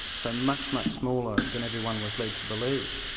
so, and much, much smaller than everyone was led to believe.